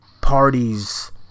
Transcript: parties